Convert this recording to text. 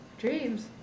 Dreams